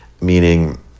meaning